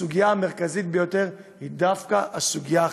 הסוגיה המרכזית ביותר היא דווקא הסוגיה החברתית,